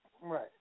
Right